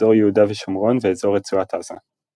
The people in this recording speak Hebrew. אזור יהודה ושומרון ואזור רצועת עזה.